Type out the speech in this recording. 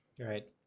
Right